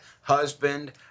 husband